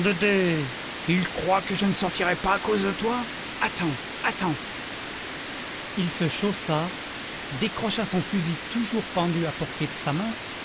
ils croient que je ne sortirai pas à cause de toi attends attends il se chaussa décrocha son fusil toujours pendu à portée de sa main